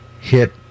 hit